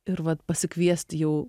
ir vat pasikviest jau